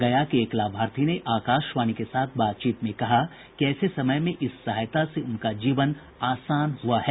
गया के एक लाभार्थी ने आकाशवाणी के साथ बातचीत में कहा कि ऐसे समय में इस सहायता से उनका जीवन आसान हुआ है